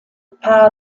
power